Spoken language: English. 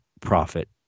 profit